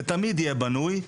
ותמיד יהיה בנוי,